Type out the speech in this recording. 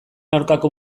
aurkako